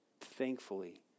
Thankfully